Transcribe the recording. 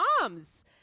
moms